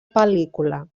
pel·lícula